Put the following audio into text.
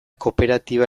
kooperatiba